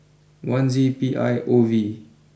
one Z P I O V